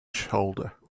shoulder